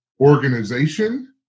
organization